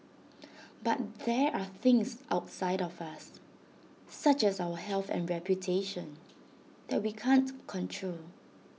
but there are things outside of us such as our health and reputation that we can't control